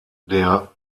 der